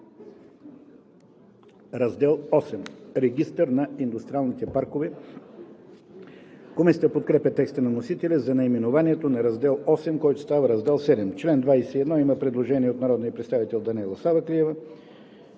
„Раздел VІІІ – Регистър на индустриалните паркове“. Комисията подкрепя текста на вносителя за наименованието на Раздел VIII, който става Раздел VII. По чл. 21 има предложение от народния представител Даниела Савеклиева,